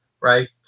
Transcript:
right